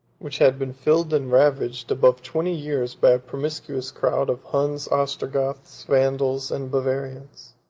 which had been filled and ravaged above twenty years by a promiscuous crowd of huns, ostrogoths, vandals, and bavarians.